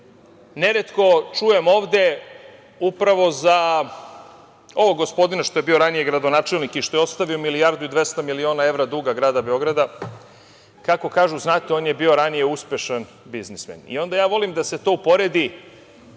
neretko čujem ovde upravo za ovog gospodina što je bio ranije gradonačelnik i što je ostavio milijardu i 200 miliona evra duga grada Beograda, kako kažu, on je bio ranije uspešan biznismen. Ja volim da se to uporedi,